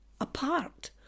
apart